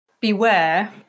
beware